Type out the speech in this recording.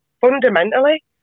fundamentally